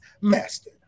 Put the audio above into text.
master